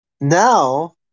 now